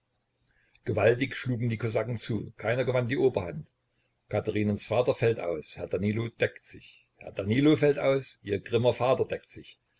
gewaltig schlugen die kosaken zu keiner gewann die oberhand katherinens vater fällt aus und herr danilo deckt sich herr danilo fällt aus ihr grimmer vater deckt sich